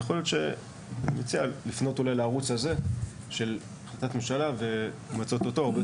אני מציע לפנות אולי לערוץ הזה של החלטת ממשלה ולמצות אותו.